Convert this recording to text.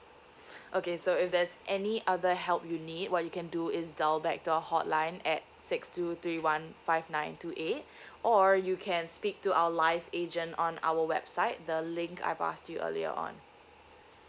okay so if there's any other help you need what you can do is dial back to our hotline at six two three one five nine two eight or you can speak to our live agent on our website the link I passed you earlier on